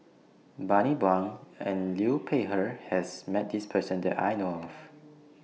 Bani Buang and Liu Peihe has Met This Person that I know of